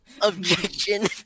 Objection